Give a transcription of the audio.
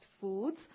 foods